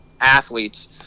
athletes